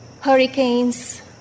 Hurricanes